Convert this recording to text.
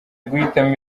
guhitamo